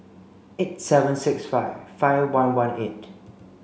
eight seven six five five one one eight